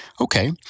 Okay